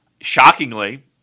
shockingly